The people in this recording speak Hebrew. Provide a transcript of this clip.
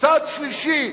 "צד שלישי".